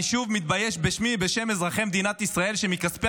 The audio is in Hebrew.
אני שוב מתבייש בשמי ובשם אזרחי מדינת ישראל שמכספי